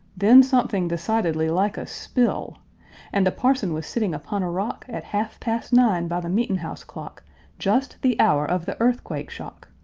then something decidedly like a spill and the parson was sitting upon a rock, at half-past nine by the meet'n'-house clock just the hour of the earthquake shock!